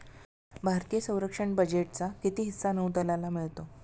भारतीय संरक्षण बजेटचा किती हिस्सा नौदलाला मिळतो?